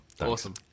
Awesome